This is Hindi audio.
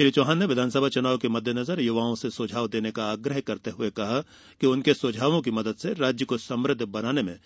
श्री चौहान ने विधानसभा चुनाव के मददेनजर युवाओं से सुझाव देने का आग्रह करते हुए कहा कि उनके सुझावों की मदद से राज्य को समृद्ध बनाने में